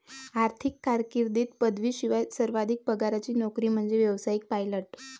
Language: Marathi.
आर्थिक कारकीर्दीत पदवीशिवाय सर्वाधिक पगाराची नोकरी म्हणजे व्यावसायिक पायलट